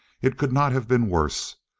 it could not have been worse.